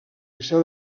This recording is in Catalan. liceu